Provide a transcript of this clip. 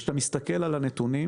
כשאתה מסתכל על הנתונים